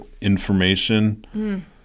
information